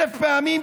אלף פעמים,